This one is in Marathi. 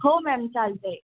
हो मॅम चालतं आहे